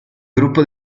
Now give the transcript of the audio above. gruppo